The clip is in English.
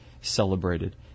celebrated